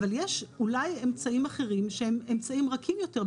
אבל אולי יש אמצעים אחרים שהם אמצעים רכים יותר.